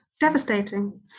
devastating